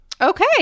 Okay